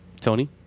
Tony